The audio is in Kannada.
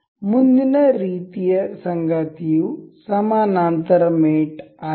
ಮುಂದಿನ ರೀತಿಯ ಸಂಗಾತಿಯು ಸಮಾನಾಂತರ ಮೇಟ್ ಆಗಿದೆ